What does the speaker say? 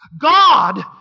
God